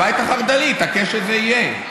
הבית החרד"לי התעקש שזה יהיה.